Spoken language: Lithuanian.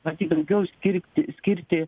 matyt daugiau skirti skirti